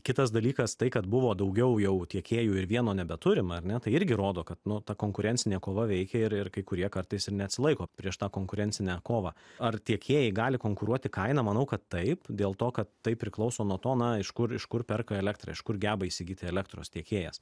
kitas dalykas tai kad buvo daugiau jau tiekėjų ir vieno nebeturim ar ne tai irgi rodo kad nu ta konkurencinė kova veikia ir ir kai kurie kartais ir neatsilaiko prieš tą konkurencinę kovą ar tiekėjai gali konkuruoti kaina manau kad taip dėl to kad tai priklauso nuo to iš kur iš kur perka elektrą iš kur geba įsigyti elektros tiekėjas